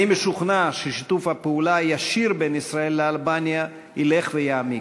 אני משוכנע ששיתוף הפעולה הישיר בין ישראל לאלבניה ילך ויעמיק.